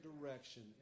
direction